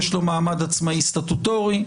יש לו מעמד עצמאי סטטוטורי.